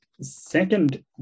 second